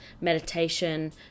meditation